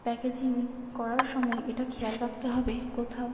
packaging করার সময় এটা খেয়াল রাখতে হবে কোথাও